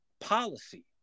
policy